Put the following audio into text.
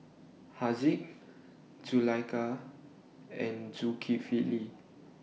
Haziq Zulaikha and Zulkifli